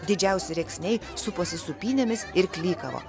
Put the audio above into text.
didžiausi rėksniai suposi sūpynėmis ir klykavo